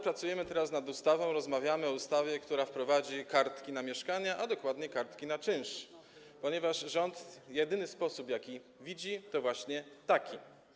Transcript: Pracujemy teraz nad ustawą, rozmawiamy o ustawie, która wprowadzi kartki na mieszkania, a dokładnie kartki na czynsz, ponieważ jedyny sposób na to, jaki rząd widzi, jest właśnie taki.